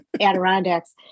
Adirondacks